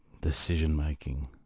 decision-making